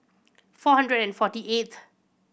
four hundred and forty eighth